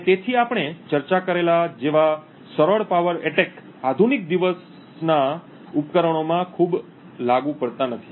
અને તેથી આપણે ચર્ચા કરેલા જેવા સરળ પાવર એટેક આધુનિક દિવસના ઉપકરણોમાં ખૂબ લાગુ પડતા નથી